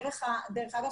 דרך אגב,